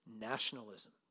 nationalism